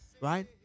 right